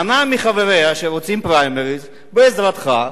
מנעה מחבריה שרוצים פריימריס, בעזרתך,